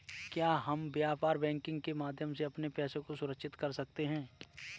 क्या हम व्यापार बैंकिंग के माध्यम से अपने पैसे को सुरक्षित कर सकते हैं?